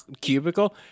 cubicle